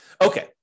Okay